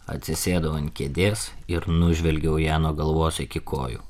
atsisėdau ant kėdės ir nužvelgiau ją nuo galvos iki kojų